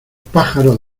pájaros